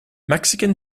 mexican